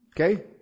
Okay